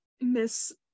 Miss